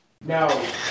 No